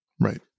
Right